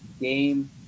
game